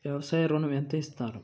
వ్యవసాయ ఋణం ఎంత ఇస్తారు?